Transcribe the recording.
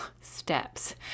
steps